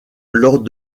lors